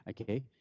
okay